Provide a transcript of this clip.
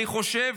אני חושב,